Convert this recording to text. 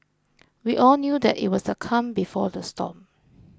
we all knew that it was the calm before the storm